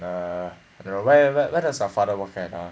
err then where where does your father work at ah